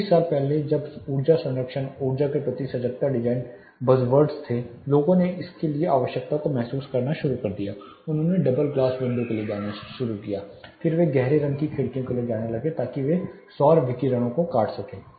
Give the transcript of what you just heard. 20 साल पहले जब ऊर्जा संरक्षण और ऊर्जा के प्रति सजगता डिजाइन बज़वर्ड्स थे लोगों ने इसके लिए आवश्यकता को महसूस करना शुरू कर दिया उन्होंने डबल ग्लास विंडो के लिए जाना शुरू किया फिर वे गहरे रंग की खिड़कियों के लिए जाने लगे ताकि वे सौर विकिरण काट सकते हैं